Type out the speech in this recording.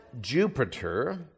Jupiter